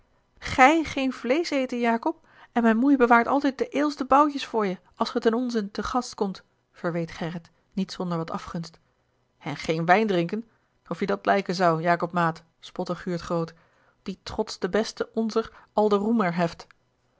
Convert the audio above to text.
gansch geen vleesch eten jacob en mijne moei bewaart altijd de eêlste boutjes voor je als ge ten onzent te gast komt verweet gerrit niet zonder wat afgunst en geen wijn drinken of je dat lijken zou jacob maat spotte guurt groot die trots den besten onzer al den roemer heft